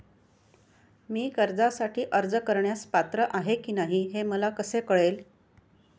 मी कर्जासाठी अर्ज करण्यास पात्र आहे की नाही हे मला कसे कळेल?